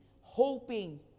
hoping